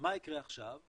מה יקרה עכשיו?